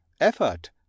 effort